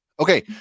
Okay